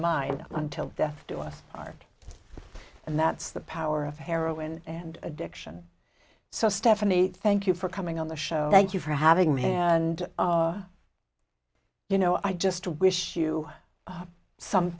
mine until death do us part and that's the power of heroin and addiction so stephanie thank you for coming on the show thank you for having me and you know i just wish you some